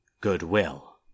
goodwill